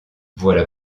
voilà